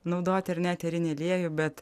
naudoti ar ne eterį aliejų bet